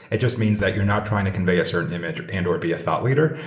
it just means that you're not trying to convey a certain image and or be a thought leader.